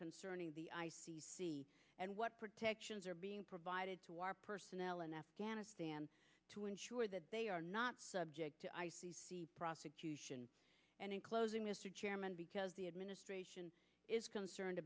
concerning the and what protections are being provided to our personnel in afghanistan to ensure that they are not subject to prosecution and in closing mr chairman because the administration is concerned